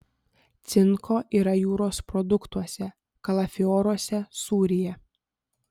cinko yra jūros produktuose kalafioruose sūryje